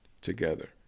together